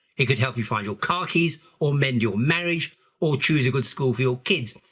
it could help you find your car keys or mend your marriage or choose a good school for your kids.